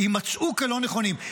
יימצאו כלא נכונים.